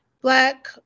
Black